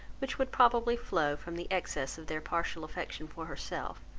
which would probably flow from the excess of their partial affection for herself,